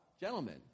gentlemen